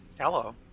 Hello